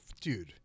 dude